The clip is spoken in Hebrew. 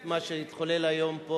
זכות גדולה לראות את מה שהתחולל היום פה.